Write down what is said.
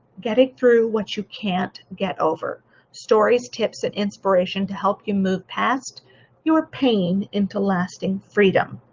getting through what you can't get over stories, tips and inspiration to help you move past your pain into lasting freedom.